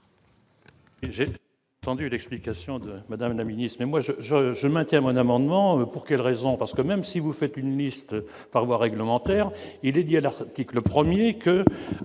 Attendu d'explication de Madame la ministre, et moi je, je, je maintiens mon amendement pour quelle raison, parce que même si vous faites une liste par voie réglementaire et dédié à l'article 1er que